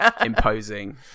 imposing